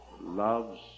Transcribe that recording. loves